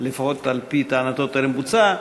שלפחות על-פי טענתו טרם בוצעה.